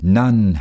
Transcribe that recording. none